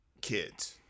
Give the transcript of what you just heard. kids